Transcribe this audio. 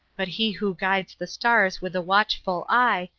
but he who guides the stars with a watchful eye,